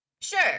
Sure